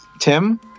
Tim